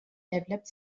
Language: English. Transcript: developed